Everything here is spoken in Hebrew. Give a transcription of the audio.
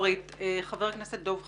חבר הכנסת דב חנין.